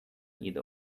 either